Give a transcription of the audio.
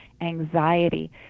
anxiety